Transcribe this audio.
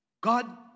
God